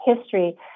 history